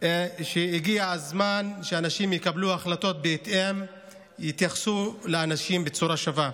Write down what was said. שהגיע הזמן שאנשים יקבלו החלטות בהתאם ויתייחסו לאנשים בצורה שווה.